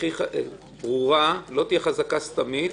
הכי ברורה, לא תהיה חזקה סתמית.